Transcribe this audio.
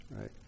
right